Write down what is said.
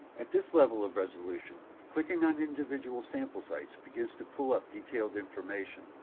at this level of resolution, clicking on individual sample sites begins to pull up detailed information.